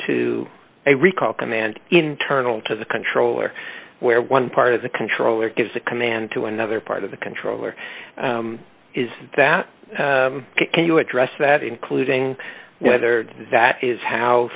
to a recall command internal to the controller where one part of the controller gives a command to another part of the controller is that can you address that including whether that is how